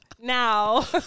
now